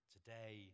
Today